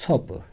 ژھۄپہٕ